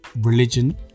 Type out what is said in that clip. religion